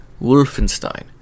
Wolfenstein